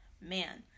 Man